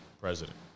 president